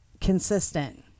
consistent